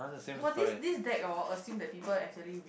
!wah! this this deck orh assume that people actually read